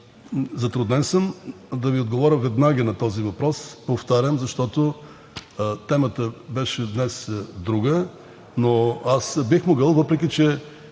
затруднен да Ви отговоря веднага на този въпрос, повтарям, защото темата беше друга днес, но аз бих могъл, въпреки че